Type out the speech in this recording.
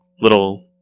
little